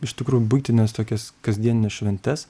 iš tikrųjų buitines tokias kasdienines šventes